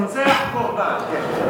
הרוצח, קורבן.